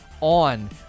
on